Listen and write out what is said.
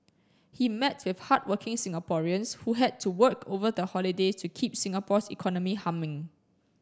he met with hardworking Singaporeans who had to work over the holidays to keep Singapore's economy humming